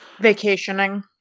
vacationing